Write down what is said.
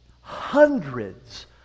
Hundreds